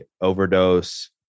overdose